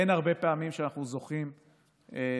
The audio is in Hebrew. אין הרבה פעמים שאנחנו זוכים בכנסת